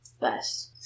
best